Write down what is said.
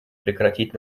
прекратить